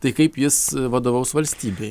tai kaip jis vadovaus valstybei